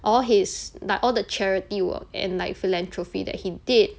all his like all the charity work and like philanthropy that he did